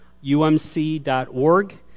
UMC.org